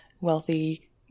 wealthy